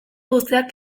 guztiak